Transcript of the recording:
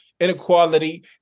Inequality